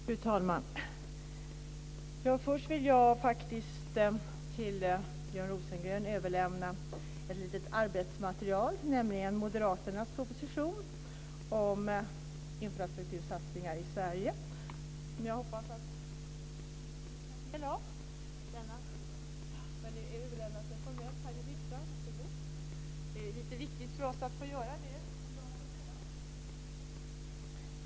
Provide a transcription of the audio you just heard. Fru talman! Först vill jag faktiskt till Björn Rosengren överlämna ett litet arbetsmaterial, nämligen Sverige. Jag hoppas att ministern vill ta del av den. Nu överlämnas den alltså formellt här i riksdagen. Det är lite viktigt för oss att få göra det en dag som denna.